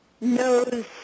knows